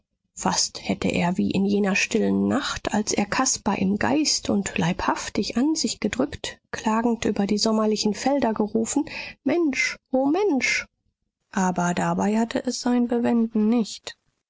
fast hätte er wie in jener stillen nacht als er caspar im geist und leibhaftig an sich gedrückt klagend über die sommerlichen felder gerufen mensch o mensch aber dabei hatte es sein bewenden nicht